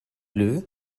bleue